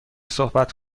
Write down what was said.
صحبت